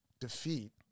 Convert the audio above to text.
defeat